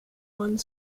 one